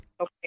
Okay